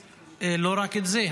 ולא רק את זה,